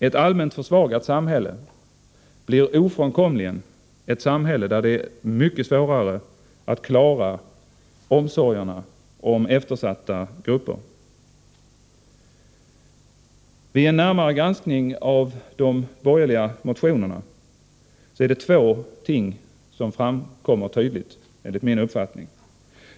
Ett allmänt försvagat samhälle blir ofrånkomligen ett samhälle där det är mycket svårare att klara omsorgen om eftersatta grupper. Vid en närmare granskning av de borgerliga motionerna är det två ting som enligt min uppfattning framkommer tydligt.